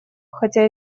хотя